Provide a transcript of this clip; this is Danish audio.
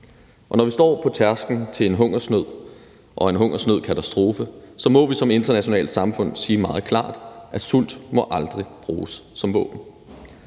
Og når vi står på tærsklen til en hungersnød og en hungersnødkatastrofe, må vi som internationalt samfund sige meget klart, at sult aldrig må bruges som våben.